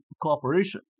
cooperation